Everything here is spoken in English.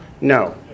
No